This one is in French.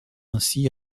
ainsi